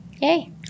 Yay